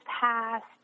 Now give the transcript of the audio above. passed